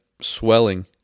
swelling